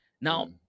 Now